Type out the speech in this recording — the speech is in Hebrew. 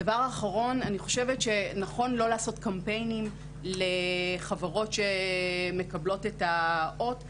דבר אחרון: אני חושבת שנכון לא לעשות קמפיינים לחברות שמקבלות את האות,